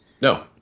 No